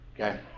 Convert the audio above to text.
Okay